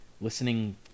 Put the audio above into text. listening